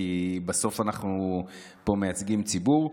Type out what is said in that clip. כי בסוף אנחנו מייצגים פה ציבור.